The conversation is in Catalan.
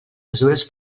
mesures